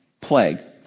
plague